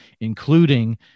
including